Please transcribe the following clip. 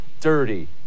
dirty